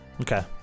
Okay